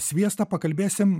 sviestą pakalbėsim